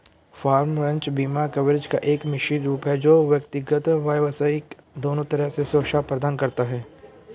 farm, ranch बीमा coverage का एक मिश्रित रूप है जो व्यक्तिगत, व्यावसायिक दोनों तरह से सुरक्षा प्रदान करता है